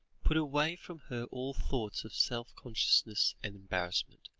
put away from her all thoughts of self-consciousness and embarrassment,